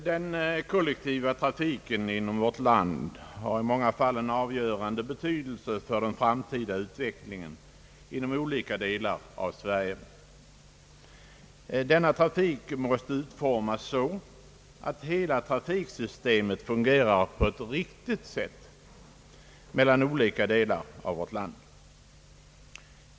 Herr talman! Den kollektiva trafiken inom vårt land har i många fall en av görande betydelse för den framtida utvecklingen inom olika delar av Sverige. Denna trafik måste utformas så, att hela trafiksystemet fungerar på ett riktigt sätt mellan olika delar av vårt land.